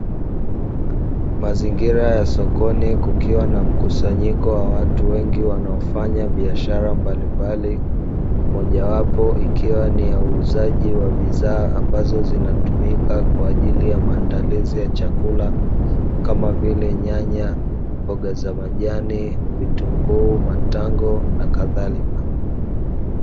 Mazingira ya sokoni kukiwa na mkusanyiko wa watu wengi wanaofanya biashara mbalimbali, moja wapo ikiwa ni ya uuzaji wa bidhaa ambazo zinatumika kwa ajili ya maandalizi ya chakula kama vile; nyanya, mboga za majani, vitunguu, matango, na kadhalika.